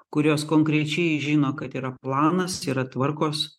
kurios konkrečiai žino kad yra planas yra tvarkos